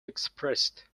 expressed